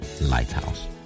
Lighthouse